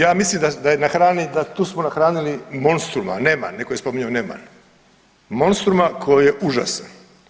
Ja mislim da je na hrani, tu smo nahranili monstruma, neman neko je spominjao neman, monstruma koji je užasan.